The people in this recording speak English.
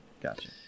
Gotcha